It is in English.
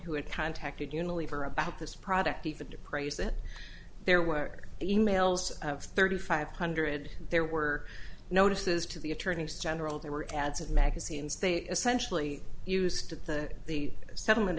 who had contacted unilever about this product even to praise it there were emails of thirty five hundred there were notices to the attorneys general there were ads and magazines they essentially used to the settlement